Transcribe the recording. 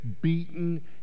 beaten